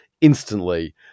instantly